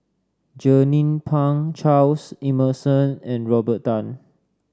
Jernnine Pang Charles Emmerson and Robert Tan